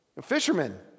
fishermen